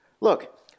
Look